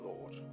lord